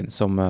som